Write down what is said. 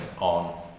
on